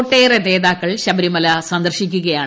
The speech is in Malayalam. ഒട്ടേറെ നേതാക്കൾ ശബരിമല സന്ദർശിക്കുകയാണ്